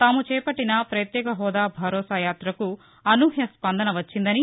తాము చేపట్లిన ప్రత్యేక హోదా భరోసా యాతకు అనూహ్య స్పందన వచ్చిందని